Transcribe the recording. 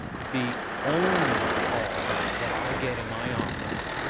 the only call that i get in my office,